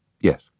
Yes